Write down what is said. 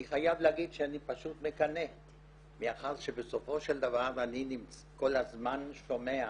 אני חייב להגיד שאני פשוט מקנא מאחר שבסופו של דבר אני כל הזמן שומע